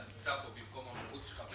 אתה נמצא פה במקום במהות שלך,